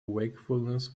wakefulness